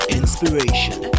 inspiration